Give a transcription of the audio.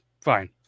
Fine